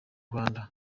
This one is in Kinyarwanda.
rwanda